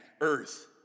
earth